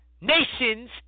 nations